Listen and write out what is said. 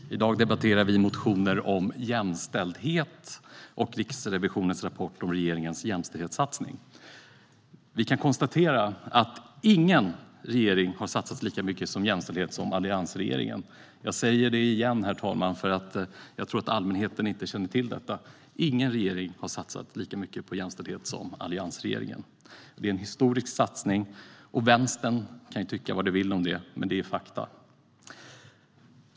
Herr talman! I dag debatterar vi motioner om jämställdhet och Riksrevisionens rapport om regeringens jämställdhetssatsning. Vi kan konstatera att ingen regering har satsat lika mycket på jämställdhet som alliansregeringen. Jag säger det igen, herr talman, för jag tror inte att allmänheten känner till det: Ingen regering har satsat lika mycket på jämställdhet som alliansregeringen. Det var en historisk satsning. Vänstern kan tycka vad den vill om det, men det är fakta.